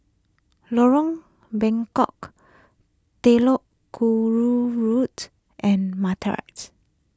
Lorong Bengkok Telok Kurau Road and